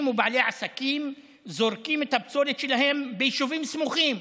אנשים ובעלי עסקים זורקים את הפסולת שלהם ביישובים סמוכים.